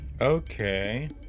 Okay